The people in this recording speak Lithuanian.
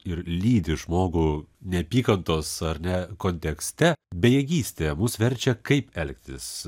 ir lydi žmogų neapykantos ar ne kontekste bejėgystė mus verčia kaip elgtis